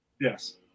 Yes